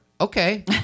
Okay